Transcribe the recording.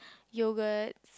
yogurt